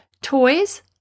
Toys